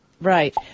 Right